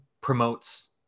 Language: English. promotes